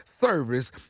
service